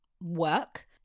work